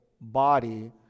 body